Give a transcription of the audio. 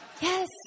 Yes